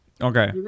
Okay